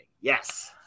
Yes